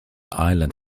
island